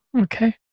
Okay